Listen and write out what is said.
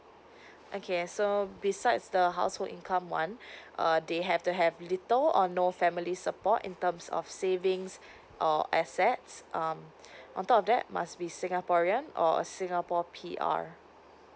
okay so besides the household income one uh they have the have little or no family support in terms of savings or assets um on top of that must be singaporean or a singapore P_R